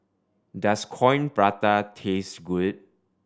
does Coin Prata taste good